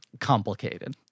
complicated